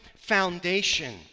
foundation